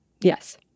Yes